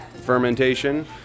fermentation